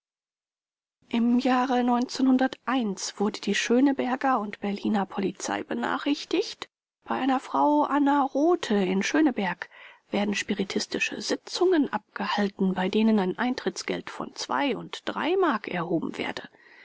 im jahre wurde die schöneberger und berliner polizei benachrichtigt bei einer frau anna rothe in schöneberg werden spiritistische sitzungen abgehalten bei denen ein eintrittsgeld von und mark erhoben werde